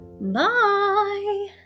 Bye